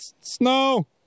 Snow